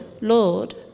Lord